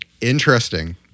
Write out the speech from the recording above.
Interesting